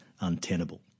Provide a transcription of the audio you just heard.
untenable